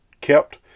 kept